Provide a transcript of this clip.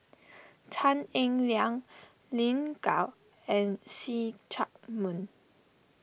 Tan Eng Liang Lin Gao and See Chak Mun